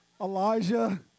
Elijah